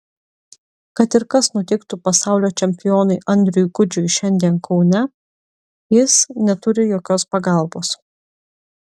kad ir kas nutiktų pasaulio čempionui andriui gudžiui šiandien kaune jis neturi jokios pagalbos